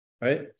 right